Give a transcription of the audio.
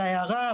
על ההערה,